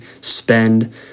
spend